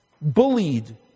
bullied